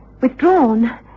withdrawn